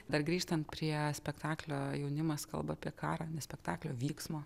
dar grįžtant prie spektaklio jaunimas kalba apie karą ne spektaklio vyksmo